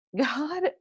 God